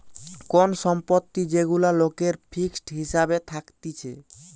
কোন সম্পত্তি যেগুলা লোকের ফিক্সড হিসাবে থাকতিছে